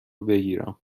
بگیرم